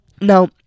Now